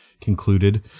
concluded